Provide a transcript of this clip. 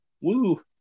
Woo